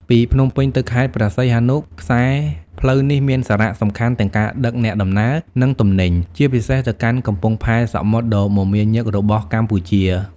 ពីភ្នំពេញទៅខេត្តព្រះសីហនុ ខ្សែផ្លូវនេះមានសារៈសំខាន់ទាំងការដឹកអ្នកដំណើរ និងទំនិញ ជាពិសេសទៅកាន់កំពង់ផែសមុទ្រដ៏មមាញឹករបស់កម្ពុជា។